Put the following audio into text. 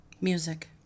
Music